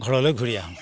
ঘৰলৈ ঘূৰি আহোঁ